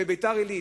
בביתר-עילית,